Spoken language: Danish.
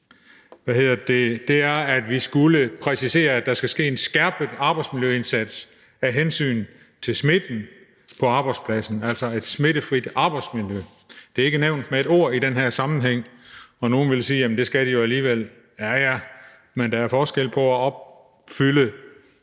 det andet skulle vi præcisere, at der skal ske en skærpet arbejdsmiljøindsats af hensyn til smitten på arbejdspladsen, altså for at få et smittefrit arbejdsmiljø. Det er ikke nævnt med et ord i den her sammenhæng. Nogle ville sige, at det skal de jo alligevel. Ja, ja, men der er forskel på at opfylde